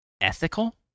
ethical